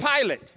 Pilate